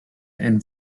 and